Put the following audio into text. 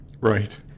Right